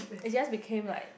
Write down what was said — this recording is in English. it just became like